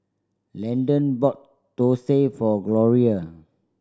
Landan bought thosai for Gloria